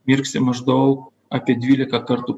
mirksi maždaug apie dvylika kartų